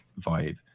vibe